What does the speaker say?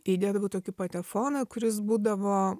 įdėdavau į tokį patefoną kuris būdavo